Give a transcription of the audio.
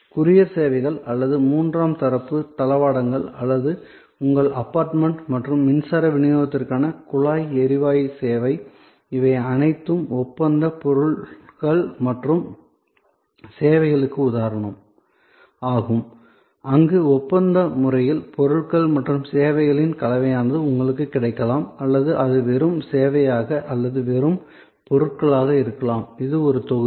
courier சேவைகள் அல்லது மூன்றாம் தரப்பு தளவாடங்கள் அல்லது உங்கள் அபார்ட்மெண்ட் மற்றும் மின்சார விநியோகத்திற்கான குழாய் எரிவாயு சேவை இவை அனைத்தும் ஒப்பந்த பொருட்கள் மற்றும் சேவைகளுக்கு உதாரணம் ஆகும் அங்கு ஒப்பந்த முறையில் பொருட்கள் மற்றும் சேவைகளின் கலவையானது உங்களுக்கு கிடைக்கலாம் அல்லது அது வெறும் சேவையாக அல்லது அது வெறும் பொருட்களாக இருக்கலாம் இது ஒரு தொகுதி